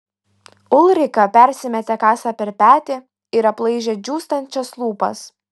ulrika persimetė kasą per petį ir aplaižė džiūstančias lūpas